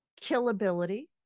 killability